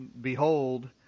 behold